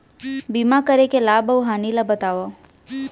बीमा करे के लाभ अऊ हानि ला बतावव